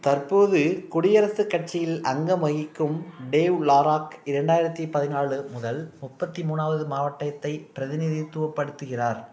தற்போது குடியரசுக் கட்சியில் அங்கம் வகிக்கும் டேவ் லாராக் இரண்டாயிரத்தி பதினாலு முதல் முப்பத்தி மூணாவது மாவட்டத்தைப் பிரதிநிதித்துவப்படுத்துகிறார்